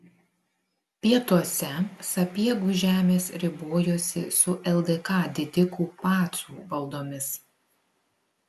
pietuose sapiegų žemės ribojosi su ldk didikų pacų valdomis